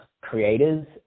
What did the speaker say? creators